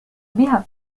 بها